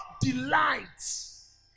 delights